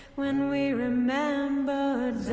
when we remembered